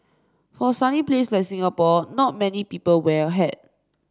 for a sunny place like Singapore not many people wear a hat